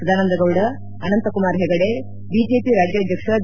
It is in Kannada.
ಸದಾನಂದ ಗೌಡ ಅನಂತಕುಮಾರ್ ಹೆಗಡೆ ಬಿಜೆಪಿ ರಾಜ್ಯಾಧ್ಯಕ್ಷ ಬಿ